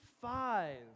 five